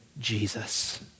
Jesus